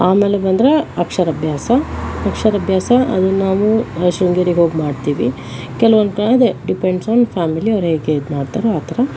ಆಮೇಲೆ ಬಂದರೆ ಅಕ್ಷರಭ್ಯಾಸ ಅಕ್ಷರಭ್ಯಾಸ ಅಲ್ಲಿ ನಾವು ಶೃಂಗೇರಿಗೆ ಹೋಗಿ ಮಾಡ್ತೀವಿ ಕೆಲವೊಂದು ಅದೇ ಡಿಪೆಂಡ್ಸ್ ಆನ್ ಫ್ಯಾಮಿಲಿ ಅವರು ಹೇಗೆ ಇದು ಮಾಡ್ತಾರೋ ಆ ಥರ